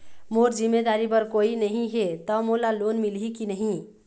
मोर जिम्मेदारी बर कोई नहीं हे त मोला लोन मिलही की नहीं?